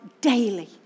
daily